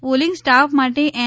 polling staff માટે N